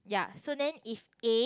ya so then if A